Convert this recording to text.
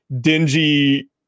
dingy